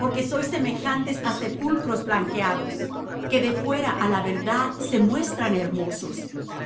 porque sois semejantes á sepulcros blanqueados que de fuera á la verdad se muestran hermosos